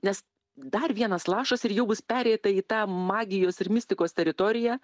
nes dar vienas lašas ir jau bus pereita į tą magijos ir mistikos teritoriją